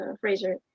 fraser